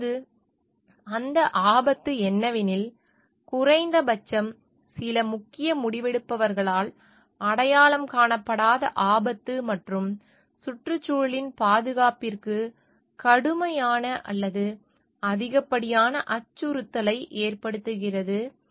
இப்போது அந்த ஆபத்து என்னவெனில் குறைந்தபட்சம் சில முக்கிய முடிவெடுப்பவர்களால் அடையாளம் காணப்படாத ஆபத்து மற்றும் சுற்றுச்சூழலின் பாதுகாப்பிற்கு கடுமையான அல்லது அதிகப்படியான அச்சுறுத்தலை ஏற்படுத்துகிறது